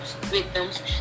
victims